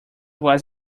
was